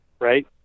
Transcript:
Right